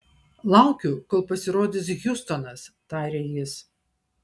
laukiu kol pasirodys hjustonas tarė jis